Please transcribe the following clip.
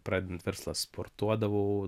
pradedant verslą sportuodavau